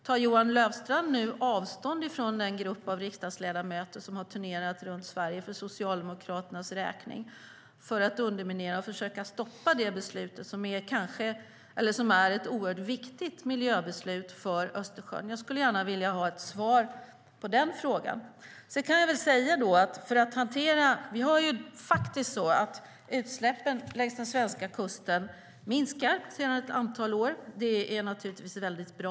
Tar Johan Löfstrand avstånd från den grupp av riksdagsledamöter som har turnerat runt Sverige för Socialdemokraternas räkning för att underminera och försöka stoppa det beslut som är ett oerhört viktigt miljöbeslut angående Östersjön? Jag skulle gärna vilja ha ett svar på den frågan. Utsläppen längs den svenska kusten minskar sedan ett antal år. Det är naturligtvis väldigt bra.